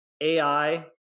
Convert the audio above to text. AI